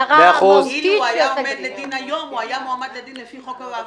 הדין ש --- ועדת שחרורים מיוחדת לפי סעיף 33(א).